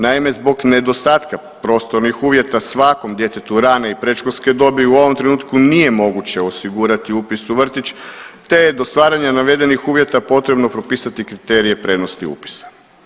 Naime, zbog nedostatka prostornih uvjeta svakom djetetu rane i predškolske dobi u ovom trenutku nije moguće osigurati upis u vrtić te je do stvaranja navedenih uvjeta potrebno propisati kriterije prednosti upisa.